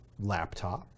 laptop